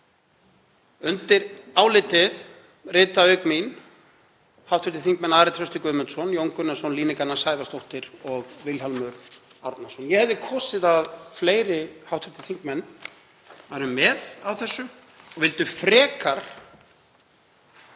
Undir álitið rita auk mín hv. þingmenn Ari Trausti Guðmundsson, Jón Gunnarsson, Líneik Anna Sævarsdóttir og Vilhjálmur Árnason. Ég hefði kosið að fleiri hv. þingmenn væru með á þessu og vildu frekar